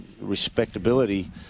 respectability